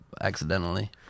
accidentally